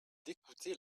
d’écouter